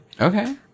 Okay